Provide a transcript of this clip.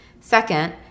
Second